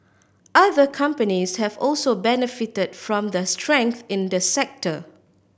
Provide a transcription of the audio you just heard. other companies have also benefited from the strength in the sector